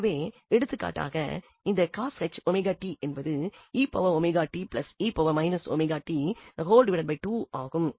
எனவே எடுத்துக்காட்டாக இந்த என்பது ஆகும்